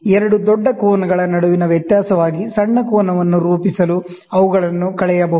ಎರಡು ದೊಡ್ಡ ಕೋನಗಳ ನಡುವಿನ ವ್ಯತ್ಯಾಸವಾಗಿ ಸಣ್ಣ ಕೋನವನ್ನು ರೂಪಿಸಲು ಅವುಗಳನ್ನು ಕಳೆಯಬಹುದು